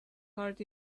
heart